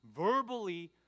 verbally